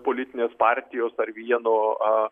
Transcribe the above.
politinės partijos ar vieno a